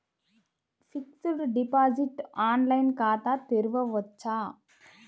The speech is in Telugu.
ఫిక్సడ్ డిపాజిట్ ఆన్లైన్ ఖాతా తెరువవచ్చా?